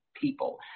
People